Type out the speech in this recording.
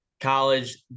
college